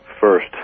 first